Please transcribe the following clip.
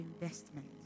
investment